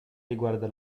riguarda